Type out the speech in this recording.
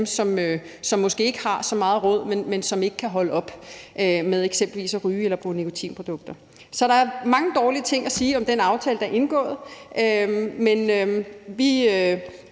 som måske ikke har så godt råd til det, men som ikke kan holde op med eksempelvis at ryge eller bruge nikotinprodukter. Så der er mange dårlige ting at sige om den aftale, der er indgået. Vi